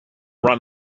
run